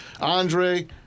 Andre